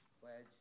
pledge